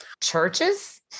Churches